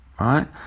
right